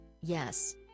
yes